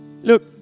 Look